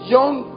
Young